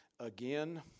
Again